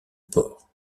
port